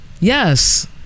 Yes